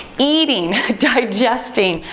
eating, digesting,